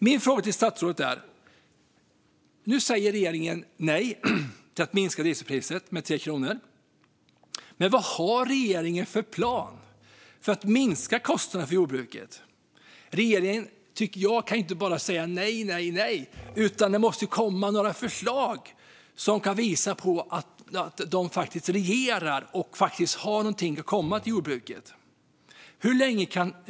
Min fråga till statsrådet är: Nu säger regeringen nej till att minska dieselpriset med 3 kronor, men vad har regeringen för plan för att minska kostnaden för jordbruket? Regeringen kan ju inte bara säga nej, nej, nej, utan det måste komma några förslag som kan visa att man faktiskt regerar och har någonting att komma med när det gäller jordbruket.